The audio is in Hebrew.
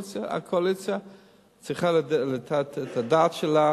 צריכה לתת את דעתה,